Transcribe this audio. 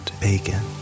bacon